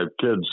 kids